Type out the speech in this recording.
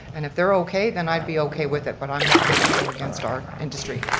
and if they're okay, then i'd be okay with it, but i'm not going to go against our industry.